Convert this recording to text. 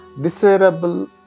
desirable